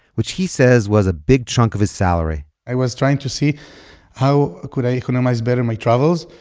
which he says, was a big chunk of his salary i was trying to see how could i economize better my travels.